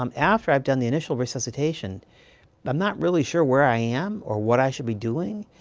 um after i've done the initial resuscitation i'm not really sure where i am, or what i should be doing,